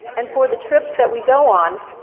and for the trips that we go on,